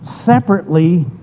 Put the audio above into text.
separately